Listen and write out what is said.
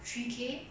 three K